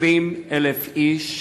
20,000 איש